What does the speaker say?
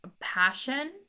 passion